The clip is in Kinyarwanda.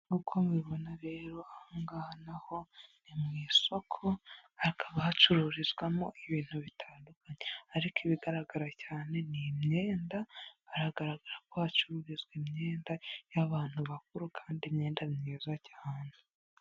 Nk'uko mubibona rero, aha ngaha naho ni mu isoko hakaba hacururizwamo ibintu bitandukanye ariko ibigaragara cyane ni imyenda, hagaragara ko hacururizwa imyenda y'abantu bakuru kandi imyenda myiza cyane.